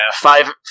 five